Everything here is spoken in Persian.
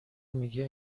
میگه